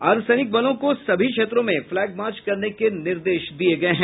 अर्द्वसैनिक बलों को सभी क्षेत्रों में फ्लैग मार्च करने के निर्देश दिये गये हैं